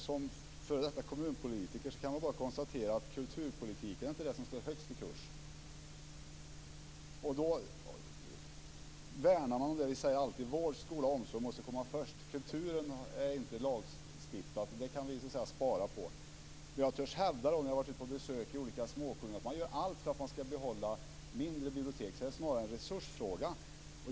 Som f.d. kommunpolitiker kan jag bara konstatera att kulturpolitik inte är det som står högst i kurs. Man värnar om det som vi alltid talar om: Vård, skola och omsorg måste komma först. Kulturen är inte lagstiftad, så den kan vi spara på. Men jag törs hävda, efter att ha varit ute på besök i olika småkommuner, att man gör allt för att behålla mindre bibliotek. Det är snarare en resursfråga.